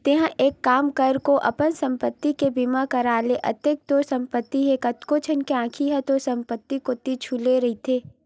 तेंहा एक काम कर गो अपन संपत्ति के बीमा करा ले अतेक तोर संपत्ति हे कतको झन के आंखी ह तोर संपत्ति कोती झुले रहिथे